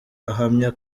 ahamya